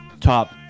top